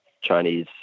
Chinese